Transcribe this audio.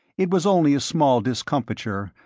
it was only a small discomfiture,